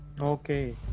Okay